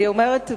אני אומרת,